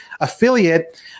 affiliate